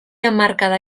hamarkada